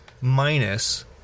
minus